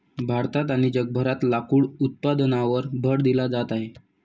भारतात आणि जगभरात लाकूड उत्पादनावर भर दिला जात आहे